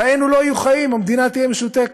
חיינו לא יהיו חיים, המדינה תהיה משותקת.